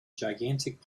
gigantic